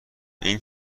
این